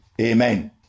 Amen